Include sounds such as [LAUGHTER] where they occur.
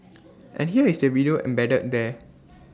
[NOISE] and here is the video embedded there [NOISE]